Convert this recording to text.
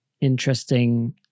interesting